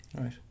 Right